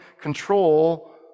control